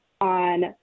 on